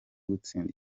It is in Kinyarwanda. gutsinda